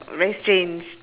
very strange